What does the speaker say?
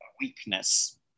weakness